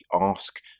ask